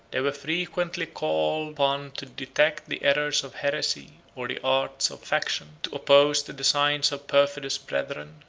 they were frequently called upon to detect the errors of heresy or the arts of faction, to oppose the designs of perfidious brethren,